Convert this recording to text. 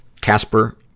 Casper